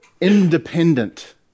independent